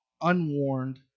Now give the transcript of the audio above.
unwarned